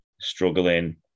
struggling